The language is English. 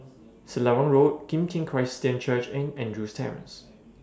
Selarang Road Kim Tian Christian Church and Andrews Terrace